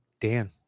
dan